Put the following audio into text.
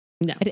no